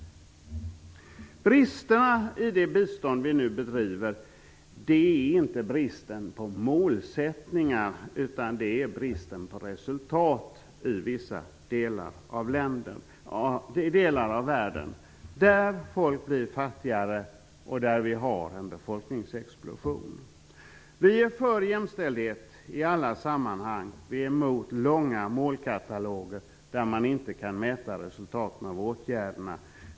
Bristerna i det bistånd vi nu bedriver är inte brist på målsättningar, utan det är brist på resultat i vissa länder, i de delar av världen där folk blir fattigare och där man har en befolkningsexplosion. Vi är för jämställdhet i alla sammanhang. Vi är mot långa målkataloger, där man inte kan mäta resultaten av åtgärderna.